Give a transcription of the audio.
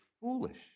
foolish